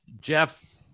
Jeff